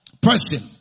person